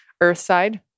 Earthside